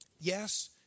Yes